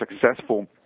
successful